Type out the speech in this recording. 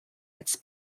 its